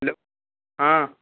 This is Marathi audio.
हॅलो हां